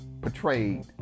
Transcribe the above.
portrayed